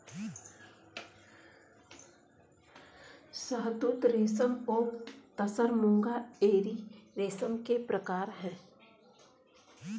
शहतूत रेशम ओक तसर मूंगा एरी रेशम के प्रकार है